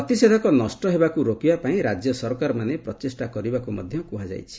ପ୍ରତିଷେଧକ ନଷ୍ଟ ହେବାକୁ ରୋକିବା ପାଇଁ ରାଜ୍ୟ ସରକାରମାନେ ପ୍ରଚେଷା କରିବାକୁ ମଧ୍ୟ କୁହାଯାଇଛି